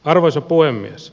arvoisa puhemies